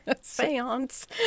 Seance